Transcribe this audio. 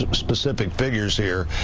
ah specific figures here.